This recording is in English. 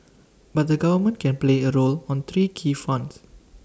but the government can play A role on three key fronts